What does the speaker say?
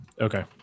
Okay